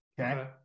Okay